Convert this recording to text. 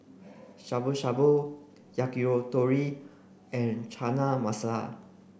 Shabu Shabu Yakitori and Chana Masala